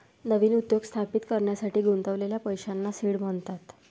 नवीन उद्योग स्थापित करण्यासाठी गुंतवलेल्या पैशांना सीड म्हणतात